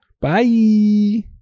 Bye